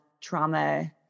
trauma